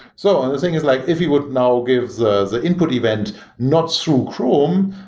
so and the thing is like if you would now give the the input event not through chrome,